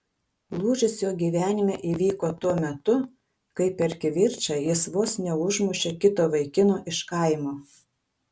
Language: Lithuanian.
lūžis jo gyvenime įvyko tuo metu kai per kivirčą jis vos neužmušė kito vaikino iš kaimo